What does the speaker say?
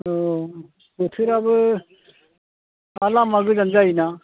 औ बोथोराबो आरो लामा गोजान जायोना